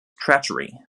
treachery